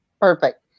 Perfect